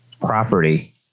property